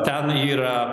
ten yra